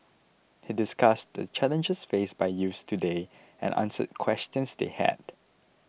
he discussed the challenges faced by youths today and answered questions they had